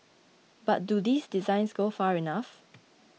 but do these designs go far enough